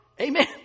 Amen